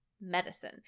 medicine